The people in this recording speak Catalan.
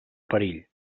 perill